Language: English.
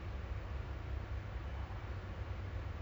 buat kita malas the whole thing